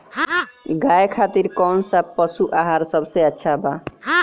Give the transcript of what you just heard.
गाय खातिर कउन सा पशु आहार सबसे अच्छा बा?